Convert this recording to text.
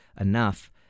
enough